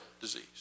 disease